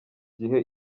gihe